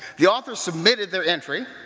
the authors submitted their entries